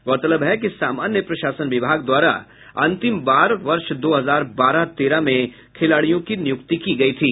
गौरतलब है कि सामान्य प्रशासन विभाग द्वारा अंतिम बार वर्ष दो हजार बारह तेरह में खिलाड़ियों की नियुक्ति की गयी थी